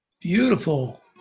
beautiful